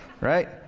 right